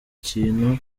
kintu